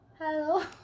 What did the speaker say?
Hello